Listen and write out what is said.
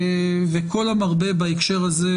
וכל המרבה בהקשר הזה,